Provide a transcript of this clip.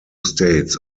states